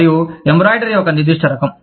మరియు ఎంబ్రాయిడరీ ఒక నిర్దిష్ట రకం